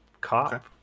cop